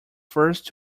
first